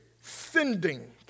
sending